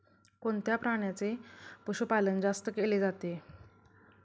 कोणत्या प्राण्याचे पशुपालन जास्त केले जाते?